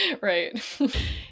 Right